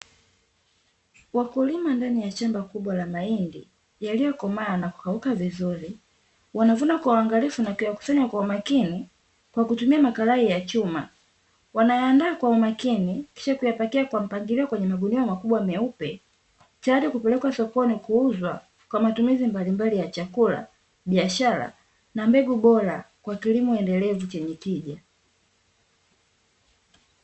Wakulima ndani ya shamba kubwa la mahindi yaliyokomaa na kukauka vizuri, wanavuna kwa uangalifu na kuyakusanya kwa umakini kwa kutumia makarai ya chuma. anayaandaa kwa umakini, kisha kuyapakia kwa mpangilio kwenye magunia makubwa meupe, tayari kupelekwa sokoni kuuzwa, kwa matumizi mbalimbali ya chakula, biashara, na mbegu bora kwa kilimo endelevu chenye tija.